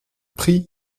prix